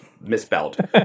misspelled